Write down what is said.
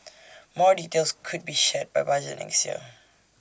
more details could be shared by budget next year